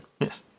yes